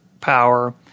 power